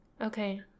Okay